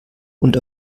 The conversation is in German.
und